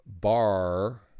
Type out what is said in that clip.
Bar